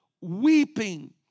weeping